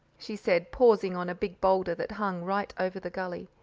she said, pausing on a big boulder that hung right over the gully,